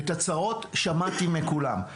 את הצרות שמעתי מכולם,